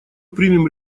примем